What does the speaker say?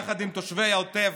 יחד עם תושבי העוטף,